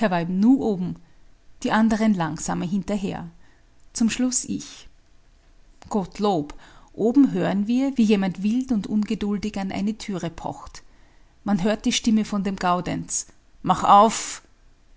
die anderen langsamer hinterher zum schluß ich gottlob oben hören wir wie jemand wild und ungeduldig an eine türe pocht man hört die stimme von dem gaudenz mach auf